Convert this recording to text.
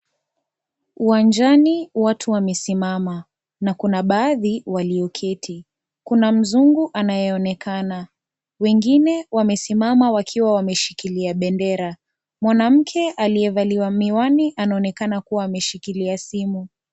Uwanjani, watu wamesimama. Na kuna baadhi walioketi. Kuna mzungu anayeonekana. Wengine wamesimama wakiwa wameshikilia bendera. Mwanamke aliyevalia miwani anaonekana kuwa ameshikilia simu.